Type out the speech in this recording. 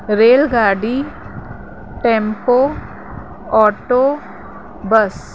rail गाॾी tempo auto बस